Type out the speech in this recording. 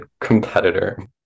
competitor